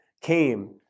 came